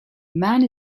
man